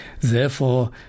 Therefore